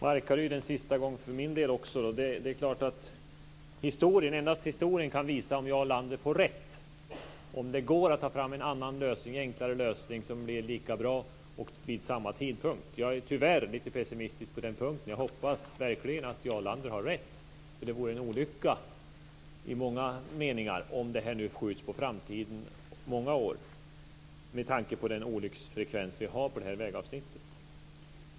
Fru talman! Låt mig för min del också ta upp Markaryd en sista gång. Det är klart att endast framtiden kan visa om Jarl Lander får rätt, dvs. om det går att ta fram en annan och enklare lösning som blir lika bra och om det går att göra det vid samma tidpunkt. Jag är tyvärr lite pessimistisk på den punkten. Jag hoppas verkligen att Jarl Lander har rätt. Det vore en olycka om det här nu skjuts många år in i framtiden med tanke på den olycksfrekvens som vi har på det här vägavsnittet.